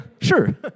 sure